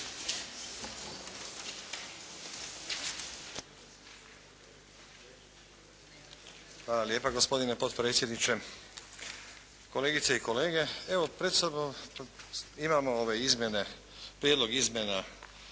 Hvala lijepa gospodine potpredsjedniče. Kolegice i kolege, evo pred sobom imamo ove izmjene